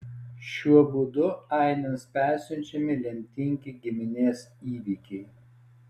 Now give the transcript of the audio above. šiuo būdu ainiams persiunčiami lemtingi giminės įvykiai